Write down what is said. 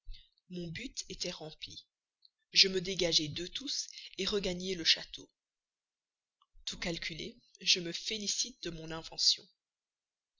mon but était rempli je me dégageai d'eux tous regagnai le château tout calculé je me félicite de mon invention